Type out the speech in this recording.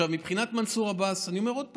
עכשיו, מבחינת מנסור עבאס, אני אומר עוד פעם,